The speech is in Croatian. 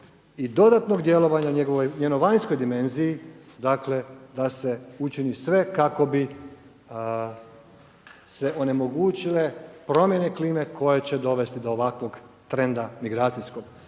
i dodatnog djelovanja u njenoj vanjskoj dimenziji, dakle, da se učini sve kako bi se onemogućile promjene klime koje će dovesti do ovakvog trenda migracijskog